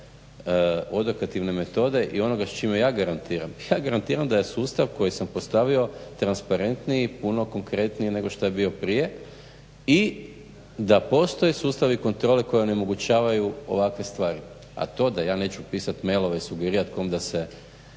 odokativne metode i onoga s čime ja garantiram. Ja garantiram da je sustav koji sam postavio transparentniji, puno konkretniji nego što je bio prije i da postoje sustavi kontrole koji onemogućavaju ovakve stvari, a to da ja neću pisat mailove, sugerirat kom da se